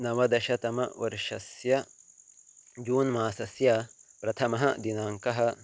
नवदशतमवर्षस्य June मासस्य प्रथमः दिनाङ्कः